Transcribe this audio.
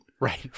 Right